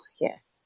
yes